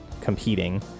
competing